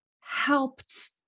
helped